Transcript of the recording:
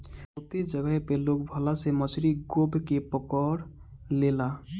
बहुते जगह पे लोग भाला से मछरी गोभ के पकड़ लेला